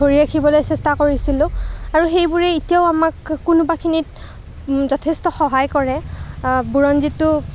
ধৰি ৰাখিবলৈ চেষ্টা কৰিছিলোঁ আৰু সেইবোৰে এতিয়াও আমাক কোনোবাখিনিত যথেষ্ট সহায় কৰে বুৰঞ্জীটো